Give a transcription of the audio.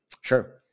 Sure